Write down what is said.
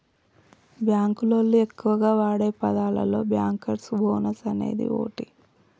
బాంకులోళ్లు ఎక్కువగా వాడే పదాలలో బ్యాంకర్స్ బోనస్ అనేది ఓటి